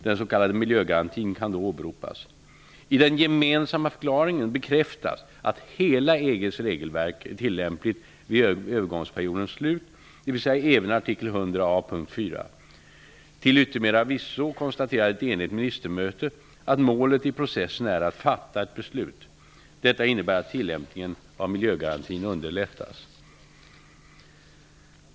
Den s.k. miljögarantin kan då åberopas. I den gemensamma förklaringen bekräftas att hela EG:s regelverk är tillämpligt vid övergångsperiodens slut, dvs. även artikel 100 a, p 4. Till yttermera visso konstaterade ett enigt ministermöte att målet i processen är att fatta ett beslut. Detta innebär att tillämpningen av miljögarantin underlättas.